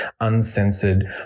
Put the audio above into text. uncensored